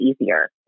easier